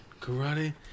Karate